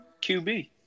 QB